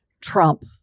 Trump